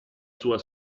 sua